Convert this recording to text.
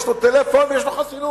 יש לו טלפון ויש לו חסינות.